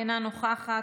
אינה נוכחת,